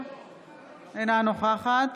אינה נוכחת